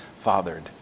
fathered